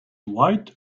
white